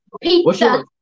pizza